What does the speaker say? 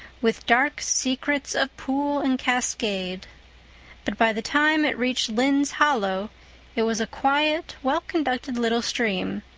with dark secrets of pool and cascade but by the time it reached lynde's hollow it was a quiet, well-conducted little stream,